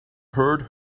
heard